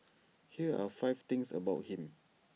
here are five things about him